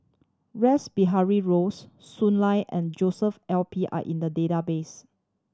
Rash Behari Bose Shui Lan and Joshua L P are in the database